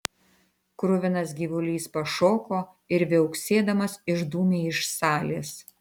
kruvinas gyvulys pašoko ir viauksėdamas išdūmė iš salės